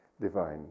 divine